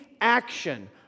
action